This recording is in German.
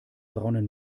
braunen